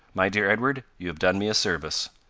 my dear edward, you have done me a service.